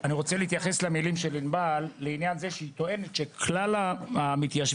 אני רוצה להתייחס למילים של ענבל לעניין זה שהיא טוענת שכלל התושבים